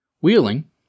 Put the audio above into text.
Wheeling